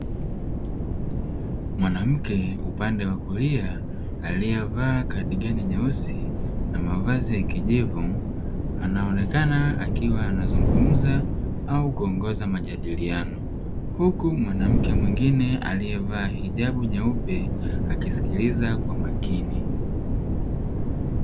Mwanamke upande wa kulia aliyevaa kadigani nyeusi na mavazi ya kijivu, anaonekana akiwa anazungumza au kuongoza majadiliano. Huku mwanamke mwingne aliyevaa hijabu nyeupe akisikiliza kwa makini.